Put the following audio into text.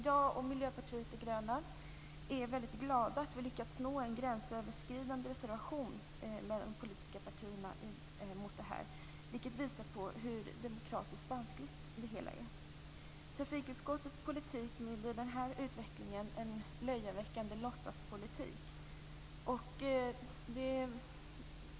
Jag och Miljöpartiet de gröna är väldigt glada att vi har lyckats nå en gränsöverskridande reservation mellan de politiska partierna om det här. Det visar hur demokratiskt vanskligt det hela är. Trafikutskottets politik blir med den här utvecklingen en löjeväckande låtsaspolitik.